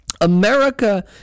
America